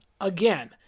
again